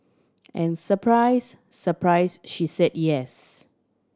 and surprise surprise she said yes